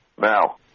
Now